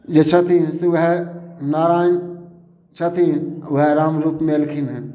जे छथिन से वएह नारायण छथिन आ वएह राम रूपमे एलखिन हें